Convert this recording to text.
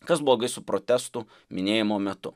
kas blogai su protestu minėjimo metu